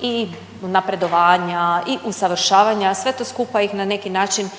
i napredovanja i usavršavanja, a sve to skupa ih na neki način